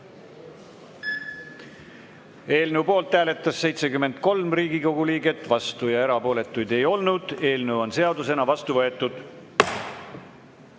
Eelnõu poolt hääletas 73 Riigikogu liiget, vastuolijaid ega erapooletuid ei olnud. Eelnõu on seadusena vastu võetud.